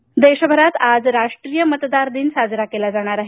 मतदार दिन देशभरात आज राष्ट्रीय मतदार दिन साजरा केला जाणार आहे